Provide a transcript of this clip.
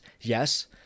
yes